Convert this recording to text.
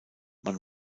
man